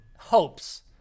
hopes